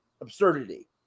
absurdity